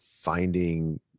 finding